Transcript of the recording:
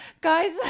guys